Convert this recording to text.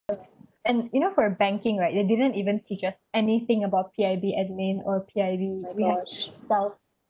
and you know for banking right they didn't even teach us anything about P_I_B admin or P_I_B we had self